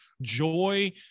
joy